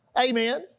amen